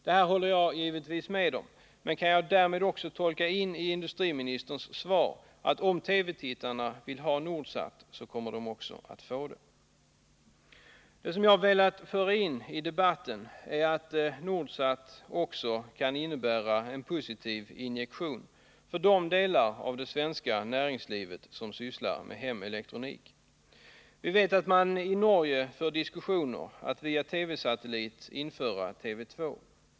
Detta håller jag givetvis med om, men kan jag därmed också tolka in i industriministerns svar att om TV-tittarna vill ha Nordsat så kommer de också att få det? Det jag velat föra in i debatten är att Nordsat också kan innebära en positiv injektion för de delar av det svenska näringslivet som sysslar med hemelektronik. Vi vet att man i Norge för diskussioner om att via TV-satellit införa TV 2.